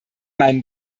meinem